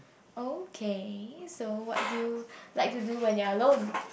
okay so what do you like to do when you're alone